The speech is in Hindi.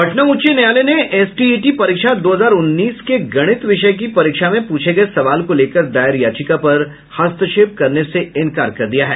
पटना उच्च न्यायालय ने एसटीईटी परीक्षा दो हजार उन्नीस के गणित विषय की परीक्षा में पूछे गये सवाल को लेकर दायर याचिका पर हस्तक्षेप करने से इंकार कर दिया है